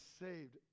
saved